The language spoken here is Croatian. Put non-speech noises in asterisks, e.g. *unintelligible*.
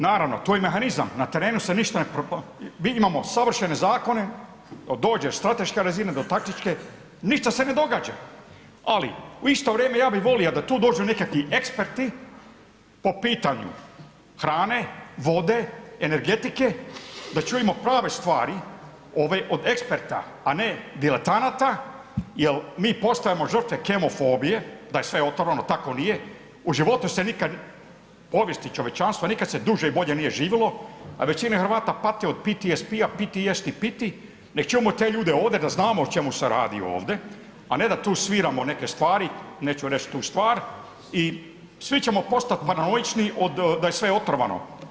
Naravno, to je mehanizam, na terenu se ništa ne ... *unintelligible* mi imamo savršene zakone, dođe strateška razine do taktičke, ništa se ne događa, ali u isto vrijeme ja bih volio da tu dođe nekakvi eksperti po pitanju hrane, vode, energetike, da čujemo prave stvari, ove od eksperta, a ne diletanata jer mi postajemo žrtve kemofobije, da je sve otrovano, tako nije, u životu se nikad, povijesti čovječanstva, nikad se duže i bolje nije živjelo, a većina Hrvata pati od PTSP-a, piti jesti piti, da čujemo te ljude ovdje, da znamo o čemu se radi ovdje, a ne da tu sviramo neke stvari, neću reći tu stvar i svi ćemo postati paranoični da je sve otrovano.